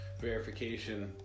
verification